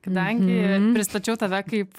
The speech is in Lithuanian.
kadangi pristačiau tave kaip